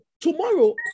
tomorrow